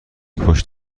پشت